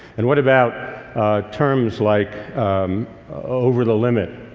and what about terms like over the limit?